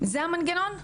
זה המנגנון?